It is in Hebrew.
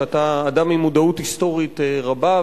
שאתה אדם עם מודעות היסטורית רבה,